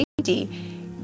safety